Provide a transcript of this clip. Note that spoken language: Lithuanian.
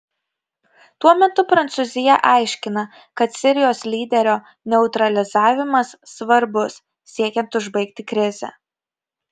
tuo metu prancūzija aiškina kad sirijos lyderio neutralizavimas svarbus siekiant užbaigti krizę